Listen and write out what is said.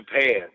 Japan